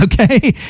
okay